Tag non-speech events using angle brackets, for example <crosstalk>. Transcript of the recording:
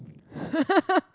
<laughs>